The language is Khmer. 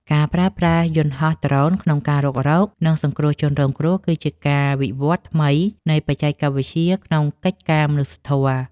ការប្រើប្រាស់យន្តហោះដ្រូនក្នុងការរុករក និងសង្គ្រោះជនរងគ្រោះគឺជាការវិវត្តថ្មីនៃបច្ចេកវិទ្យាក្នុងកិច្ចការមនុស្សធម៌។